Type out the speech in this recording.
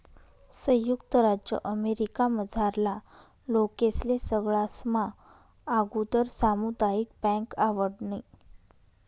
संयुक्त राज्य अमेरिकामझारला लोकेस्ले सगळास्मा आगुदर सामुदायिक बँक आवडनी